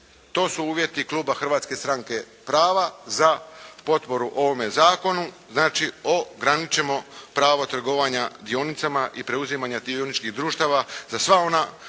to su uvjeti Kluba Hrvatske stranke prava za potporu ovome zakonu, znači ograničimo pravo trgovanja dionicama i preuzimanja dioničkih društava, za sva ona